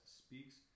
speaks